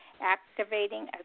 activating